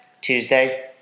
Tuesday